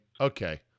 okay